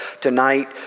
tonight